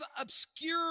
obscure